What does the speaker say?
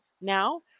now